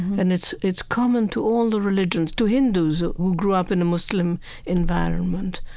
and it's it's common to all the religions, to hindus who grew up in a muslim environment.